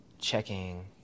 Checking